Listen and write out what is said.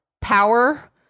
power